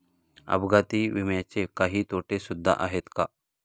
अपघाती विम्याचे काही तोटे सुद्धा आहेत का?